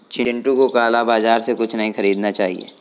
चिंटू को काला बाजार से कुछ नहीं खरीदना चाहिए